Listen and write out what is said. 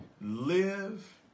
Live